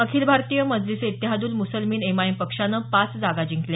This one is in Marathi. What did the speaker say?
अखिल भारतीय मजलिस ए इत्तेहादुल मुसलिमिन एमआयएम पक्षानं पाच जागा जिंकल्या